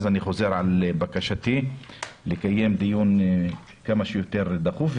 אז אני חוזר על בקשתי לקיים דיון כמה שיותר דחוף.